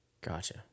Gotcha